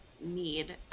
need